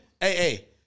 hey